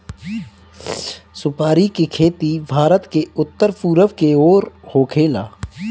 सुपारी के खेती भारत के उत्तर पूरब के ओर होखेला